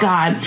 God